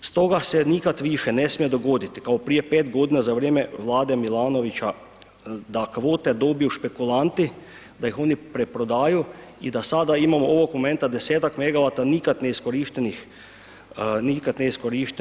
stoga se nikad više ne smije dogoditi kao prije 5 g. za vrijeme Vlade Milanovića da kvote dobiju špekulanti, da ih oni preprodaju i da sada imamo ovog momenta 10-ak megavata nikad neiskorištenih kvota.